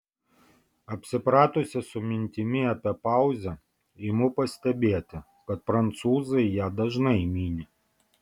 apsipratusi su mintimi apie pauzę imu pastebėti kad prancūzai ją dažnai mini